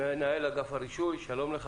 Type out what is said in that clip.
מנהל אגף הרישוי, שלום לך.